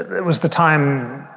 it was the time